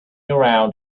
around